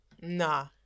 Nah